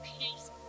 peace